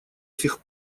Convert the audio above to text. сих